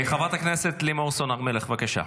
חברת הכנסת לימור סון הר מלך, בבקשה.